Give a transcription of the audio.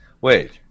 Wait